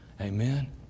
Amen